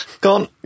Gone